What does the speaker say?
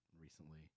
recently